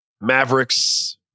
Mavericks